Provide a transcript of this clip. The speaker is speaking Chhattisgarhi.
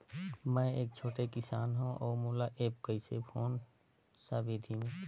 मै एक छोटे किसान हव अउ मोला एप्प कइसे कोन सा विधी मे?